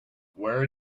where